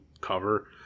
cover